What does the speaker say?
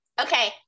okay